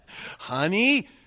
Honey